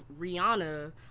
rihanna